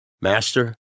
Master